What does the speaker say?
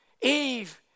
Eve